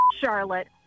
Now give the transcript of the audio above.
Charlotte